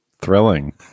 thrilling